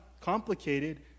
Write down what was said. Complicated